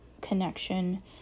connection